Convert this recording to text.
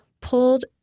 pulled